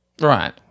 Right